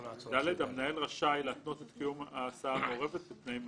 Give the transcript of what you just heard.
המנהל רשאי להתנות את קיום ההסעה המעורבת בתנאים נוספים".